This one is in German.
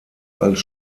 als